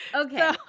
Okay